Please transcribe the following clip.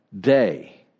day